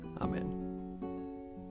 Amen